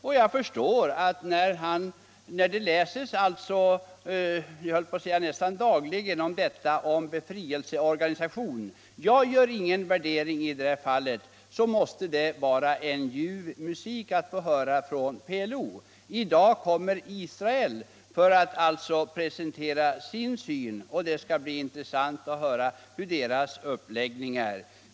Jag kan förstå detta eftersom det nästan dagligen talas om befrielseorganisationer. Jag gör i det här fallet ingen värdering, men detta måste vara en ljuv musik för PLO. I dag kommer Israel att presentera sin syn, och det skall bli intressant att få höra dess synpunkter.